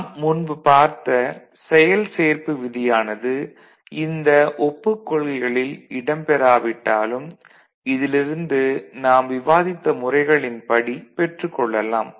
நாம் முன்பு பார்த்த செயல் சேர்ப்பு விதியானது இந்த ஒப்புக் கொள்கைகளில் இடம்பெறாவிட்டாலும் இதிலிருந்து நாம் விவாதித்த முறைகளின் படி பெற்றுக் கொள்ளலாம்